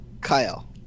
Kyle